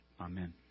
Amen